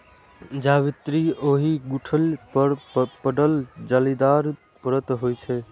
जावित्री ओहि गुठली पर पड़ल जालीदार परत होइ छै